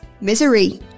Misery